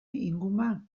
inguma